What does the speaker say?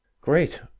Great